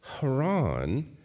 Haran